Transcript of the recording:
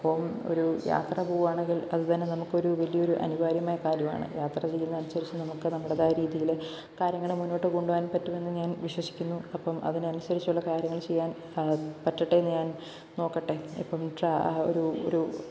അപ്പോള് ഒരു യാത്ര പോവാണെങ്കിൽ അത് തന്നെ നമുക്കൊരു വലിയൊരു അനിവാര്യമായ കാര്യമാണ് യാത്ര ചെയ്യുന്നതനുസരിച്ച് നമുക്ക് നമ്മുടേതായ രീതിയില് കാര്യങ്ങള് മുന്നോട്ട് കൊണ്ടുപോവാൻ പറ്റുമെന്ന് ഞാൻ വിശ്വസിക്കുന്നു അപ്പോള് അതിനനുസരിച്ചുള്ള കാര്യങ്ങൾ ചെയ്യാൻ പ പറ്റട്ടെയെന്ന് ഞാൻ നോക്കട്ടെ ഇപ്പോള് ട്ര ഒരു ഒരു